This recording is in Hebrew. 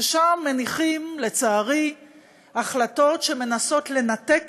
ששם מניחים לצערי החלטות שמנסות לנתק